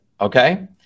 Okay